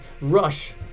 rush